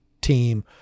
team